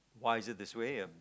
why is it this way um